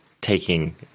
taking